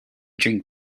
drink